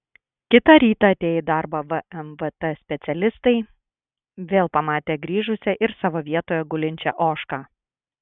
kitą rytą atėję į darbą vmvt specialistai vėl pamatė grįžusią ir savo vietoje gulinčią ožką